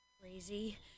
Crazy